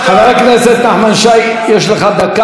חבר הכנסת נחמן שי, יש לך דקה.